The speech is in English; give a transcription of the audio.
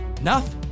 Enough